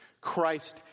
Christ